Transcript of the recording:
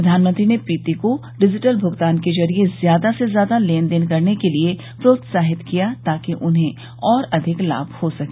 प्रधानमंत्री ने प्रीति को डिजिटल भुगतान के जरिये ज्यादा से ज्यादा लेन देन करने के लिए प्रोत्साहित किया ताकि उन्हें और अधिक लाभ हो सके